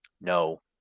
No